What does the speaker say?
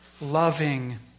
loving